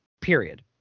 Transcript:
period